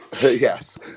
Yes